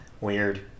Weird